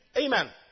Amen